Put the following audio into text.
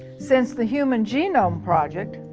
since the human genome project,